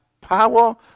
power